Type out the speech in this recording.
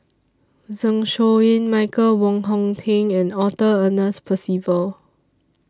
Zeng Shouyin Michael Wong Hong Teng and Arthur Ernest Percival